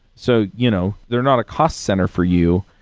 so, you know they're not a cost center for you,